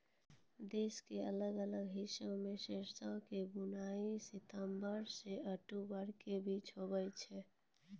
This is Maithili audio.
देश के अलग अलग हिस्सा मॅ सरसों के बुआई सितंबर सॅ अक्टूबर के बीच मॅ होय छै